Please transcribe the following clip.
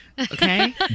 Okay